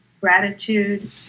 gratitude